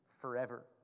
forever